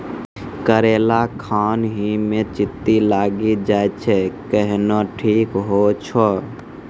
करेला खान ही मे चित्ती लागी जाए छै केहनो ठीक हो छ?